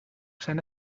zijn